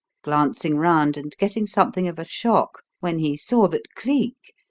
glancing round and getting something of a shock when he saw that cleek,